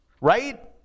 Right